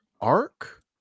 arc